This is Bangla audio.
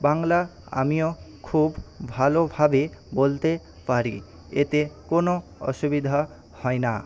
বাংলা আমিও খুব ভালোভাবে বলতে পারি এতে কোনো অসুবিধা হয় না